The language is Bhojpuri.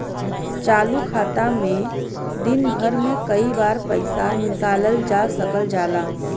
चालू खाता में दिन भर में कई बार पइसा निकालल जा सकल जाला